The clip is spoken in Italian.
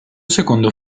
secondo